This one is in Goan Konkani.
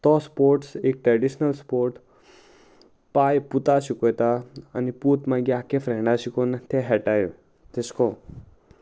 तो स्पोर्ट्स एक ट्रेडिशनल स्पोर्ट पाय पुता शिकयता आनी पूत मागीर आख्खे फ्रेंडा शिकोवन ते खेळटाय तेशको